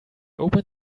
opened